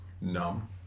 numb